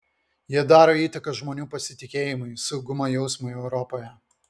jie daro įtaką žmonių pasitikėjimui saugumo jausmui europoje